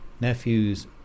nephews